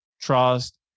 trust